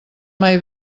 mai